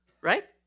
right